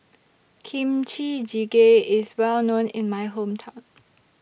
Kimchi Jjigae IS Well known in My Hometown